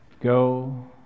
Go